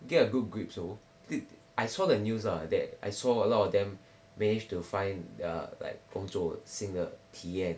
get a good grip so did I saw the news ah that I saw a lot of them manage to find err like 工作新的体验